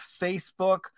Facebook